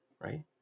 right